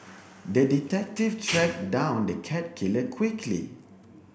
the detective tracked down the cat killer quickly